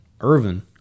Irvin